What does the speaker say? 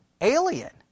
Alien